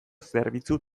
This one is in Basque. zerbitzu